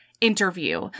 interview